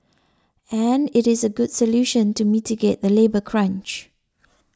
and it is a good solution to mitigate the labour crunch